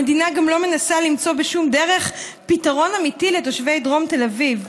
המדינה גם לא מנסה למצוא בשום דרך פתרון אמיתי לתושבי דרום תל אביב.